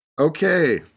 Okay